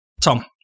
Tom